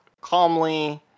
calmly